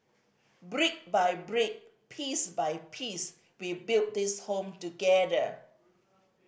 brick by brick piece by piece we build this Home together